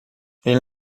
ele